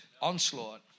onslaught